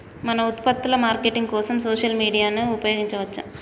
మన ఉత్పత్తుల మార్కెటింగ్ కోసం సోషల్ మీడియాను ఉపయోగించవచ్చా?